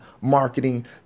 marketing